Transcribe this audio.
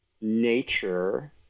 nature